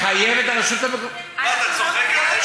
מחייב את הרשות המקומית, אתה צוחק עלינו?